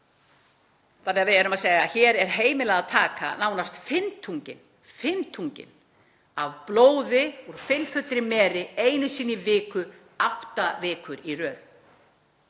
við erum að segja: Hér er heimilað að taka nánast fimmtunginn — fimmtunginn af blóði úr fylfullri meri einu sinni í viku, átta vikur í röð